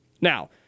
Now